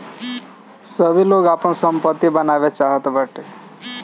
सबै लोग आपन सम्पत्ति बनाए चाहत बाटे